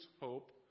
hope